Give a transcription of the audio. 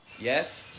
Yes